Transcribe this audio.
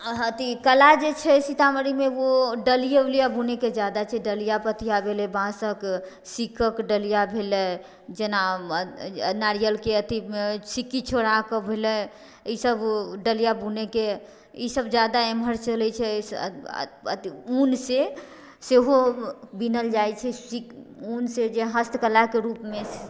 अथी कला जे छै से सीतामढ़ीमे ओ डलिया उलिया बुनैके जादा छै डलिया पथिया भेलै बाँसक सीकके डलिया भेलै जेना नारियलके अथी सीक्की छोड़ाके भेलै ई सब ओ डलिया बुनैके ई सब जादा एम्हरसँ चलै छै ऊनसँ सेहो बीनल जाइ छै सीक ऊनसँ जे हस्तकलाके रूपमे